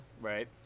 Right